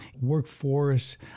workforce